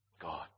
God